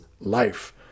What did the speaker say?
life